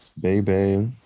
Baby